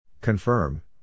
Confirm